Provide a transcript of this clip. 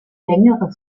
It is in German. längere